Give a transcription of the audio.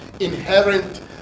inherent